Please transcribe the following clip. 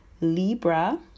Libra